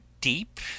deep